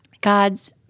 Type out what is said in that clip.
God's